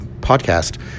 podcast